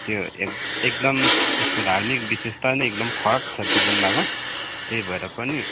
त्यो एक एकदम त्यसको धार्मिक विशेषता नै एकदम फरक छ त्यो गुम्बाको त्यही भएर पनि